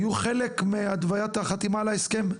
היו חלק מהתוויית החתימה על ההסכם?